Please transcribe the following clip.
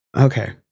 Okay